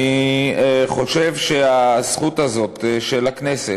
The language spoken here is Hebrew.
אני חושב שהזכות הזאת של הכנסת,